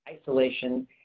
isolation